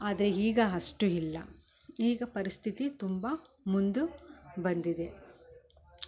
ಆದರೆ ಈಗ ಅಷ್ಟು ಇಲ್ಲ ಈಗ ಪರಿಸ್ಥಿತಿ ತುಂಬ ಮುಂದೆ ಬಂದಿದೆ